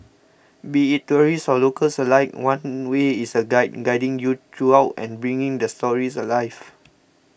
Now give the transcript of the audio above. be it tourists or locals alike one way is a guide guiding you throughout and bringing the stories alive